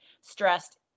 stressed